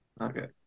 Okay